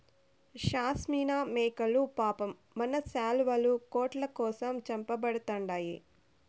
షాస్మినా మేకలు పాపం మన శాలువాలు, కోట్ల కోసం చంపబడతండాయి